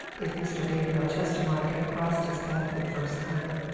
if mr. gabriel chestermarke had crossed his path for the first time.